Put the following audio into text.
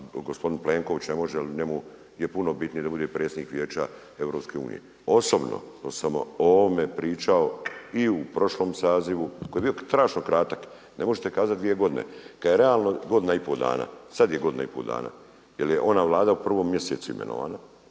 gospodin Plenković ne može, jer njemu je puno bitnije da bude predsjednik Vijeća Europske unije. Osobno sam o ovome pričao i u prošlom sazivu koji je bio strašno kratak. Ne možete kazati dvije godine kad je realno godina i pol dana, sad je godina i pol dana jer je ona Vlada u prvom mjesecu imenovana